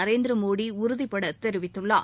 நரேந்திரமோடி உறுதிபட தெரிவித்துள்ளார்